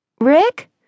Rick